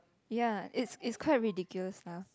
ya it's it's quite ridiculous lah